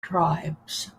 tribes